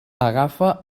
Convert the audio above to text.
agafa